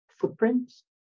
footprints